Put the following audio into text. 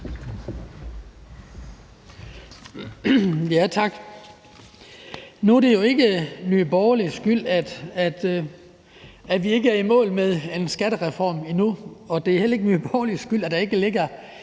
Tak. Nu er det jo ikke Nye Borgerliges skyld, at vi ikke er i mål med en skattereform endnu, og det er heller ikke Nye Borgerliges skyld, at der ikke ligger